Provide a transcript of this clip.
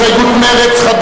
הסתייגות מרצ,